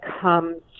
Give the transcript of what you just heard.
comes